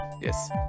Yes